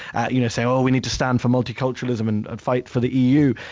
ah you know saying, oh, we need to stand for multiculturalism and and fight for the eu.